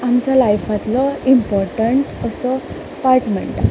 आमच्या लाइफांतलो इंपोर्टंट असो थॉट म्हणटा